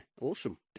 awesome